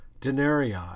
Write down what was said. denarii